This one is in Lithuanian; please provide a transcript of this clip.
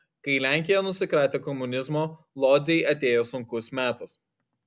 kai lenkija nusikratė komunizmo lodzei atėjo sunkus metas